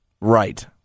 Right